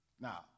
Now